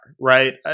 right